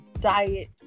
diet